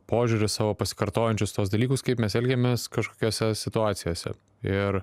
požiūriu savo pasikartojančius tuos dalykus kaip mes elgiamės kažkokiose situacijose ir